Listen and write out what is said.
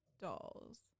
dolls